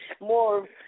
more